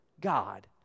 God